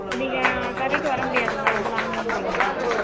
நீங்கள் கடைக்கு வர முடியாதுங்களா ரொம்ப லாங்குங்கிறீங்களா